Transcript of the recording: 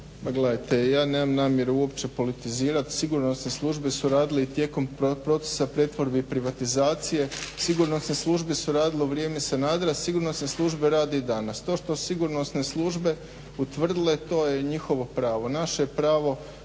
gledajte, ja nemam namjeru uopće politizirat, sigurnosne službe su radile i tijekom procesa pretvorbi i privatizacije. Sigurnosne službe su radile u vrijeme Sanadera, sigurnosne službe rade i danas. To što sigurnosne službe utvrdile to je njihovo pravo. Naše je pravo